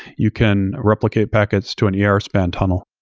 you can replicate packets to an yeah er spanned tunnel.